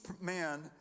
man